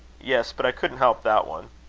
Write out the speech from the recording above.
yes. but i couldn't help that one.